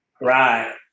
Right